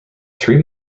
three